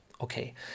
okay